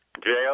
jail